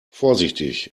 vorsichtig